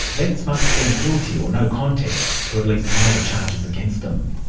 vets must plead guilty, or no contest, to at least one of the charges against them.